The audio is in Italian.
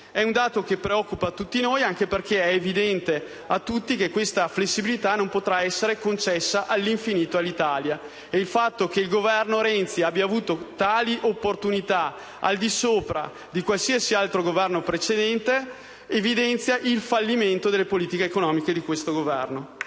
È un dato che ci preoccupa, anche perché è evidente a tutti che questa flessibilità non potrà essere concessa all'infinito all'Italia. Il fatto che il Governo Renzi abbia avuto tali opportunità al di sopra di qualsiasi altro Governo precedente evidenzia il fallimento delle politiche economiche di questo Governo.